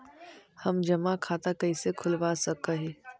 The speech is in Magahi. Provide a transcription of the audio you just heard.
हम जमा खाता कैसे खुलवा सक ही?